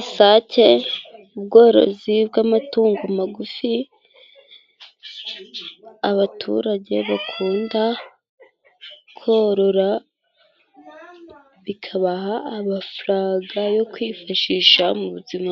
Isake ubworozi bw'amatungo magufi abaturage bakunda korora bikabaha amafaranga yo kwifashisha mu buzima